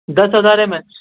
دس ہزار M H